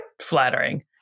flattering